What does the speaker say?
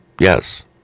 Yes